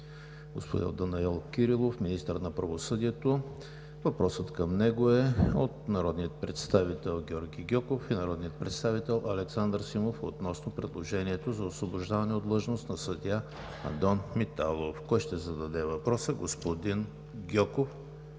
господин Данаил Кирилов – министър на правосъдието. Въпросът към него е от народните представители Георги Гьоков и Александър Симов относно предложението за освобождаване от длъжност на съдия Андон Миталов. Кой ще зададе въпроса? Господин Гьоков,